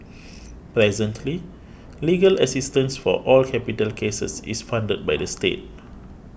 presently legal assistance for all capital cases is funded by the state